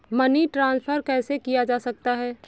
Money transfer कैसे किया जा सकता है?